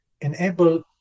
enable